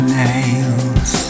nails